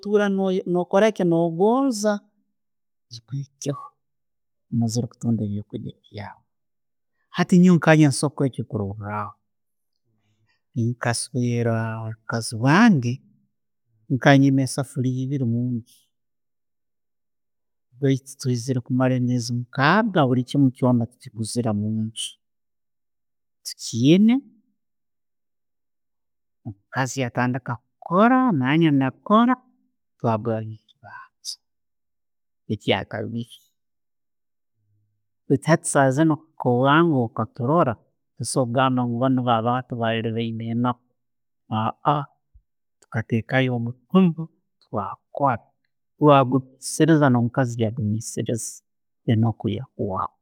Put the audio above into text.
Kyotuura no'koraki nogonza, ekyo kimu. Hati nyoowe kanye nkusobora kuha ekyokurooraho, nkaswere mukazi wange, nkaba niina essefuuliya ebiiri omunju, betwaziire emyeezi mukaaga bulikuumu kyoona tumalilize kuchigura munju. Ekindi, omukazi ya'tandiika kukora nangye ntandiika kukoora. Hati nka saaha ziino nko wange okamurora, tosobora gamba nti bano bayiine enaaku, twakora, twateka, omukazi ya'gumukiriza, enaaku yatuwa.